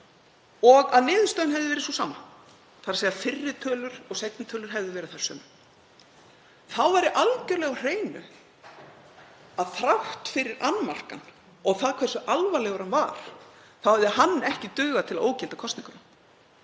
og að niðurstaðan hefði verið sú sama, þ.e. fyrri tölur og seinni tölur hefðu verið þær sömu. Þá væri algjörlega á hreinu að þrátt fyrir annmarkann og það hversu alvarlegur hann var hefði hann ekki dugað til að ógilda kosninguna